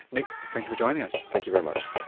nick, thank you for joining us. thank you very much.